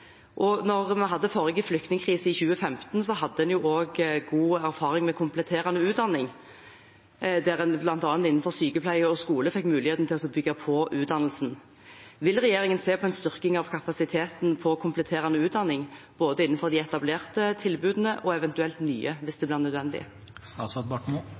vi hadde den forrige flyktningkrisen, i 2015, hadde en god erfaring med kompletterende utdanning, der en bl.a. innenfor sykepleie og skole fikk muligheten til å bygge på utdannelsen. Vil regjeringen se på en styrking av kapasiteten på kompletterende utdanning, både innenfor de etablerte tilbudene og eventuelt nye, hvis